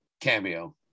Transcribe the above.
cameo